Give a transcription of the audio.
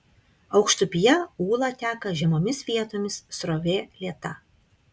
aukštupyje ūla teka žemomis vietomis srovė lėta